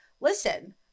listen